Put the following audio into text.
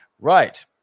Right